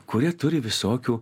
kurie turi visokių